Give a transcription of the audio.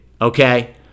Okay